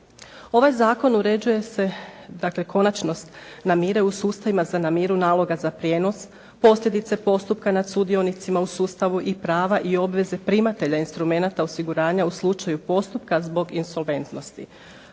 Ovaj zakon uređuje se, dakle konačnost namire u sustavima za namiru naloga za prijenos, posljedice postupka nad sudionicima u sustavu i prava i obveze primatelja instrumenata osiguranja u slučaju postupka zbog insolventnosti.